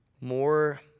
more